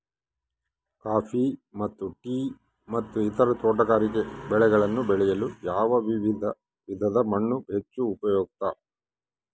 Coffee ಮತ್ತು tea ಮತ್ತು ಇತರ ತೋಟಗಾರಿಕೆ ಬೆಳೆಗಳನ್ನು ಬೆಳೆಯಲು ಯಾವ ವಿಧದ ಮಣ್ಣು ಹೆಚ್ಚು ಉಪಯುಕ್ತ?